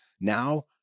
now